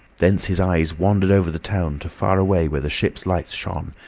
thence his eyes wandered over the town to far away where the ships' lights shone,